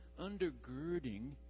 undergirding